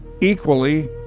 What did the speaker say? equally